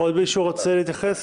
עוד מישהו רוצה להתייחס?